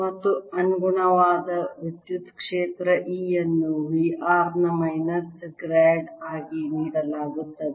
ಮತ್ತು ಅನುಗುಣವಾದ ವಿದ್ಯುತ್ ಕ್ಷೇತ್ರ E ಅನ್ನು V r ನ ಮೈನಸ್ ಗ್ರಾಡ್ ಆಗಿ ನೀಡಲಾಗುತ್ತದೆ